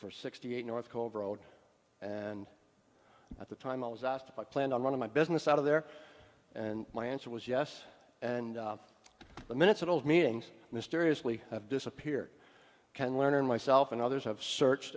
for sixty eight north cold road and at the time i was asked if i planned on one of my business out of there and my answer was yes and the minutes of old meetings mysteriously disappeared can learn and myself and others have searched